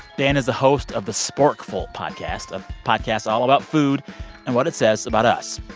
dan is the host of the sporkful podcast, a podcast all about food and what it says about us.